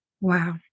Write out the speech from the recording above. Wow